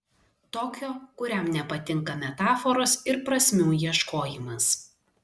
tokio kuriam nepatinka metaforos ir prasmių ieškojimas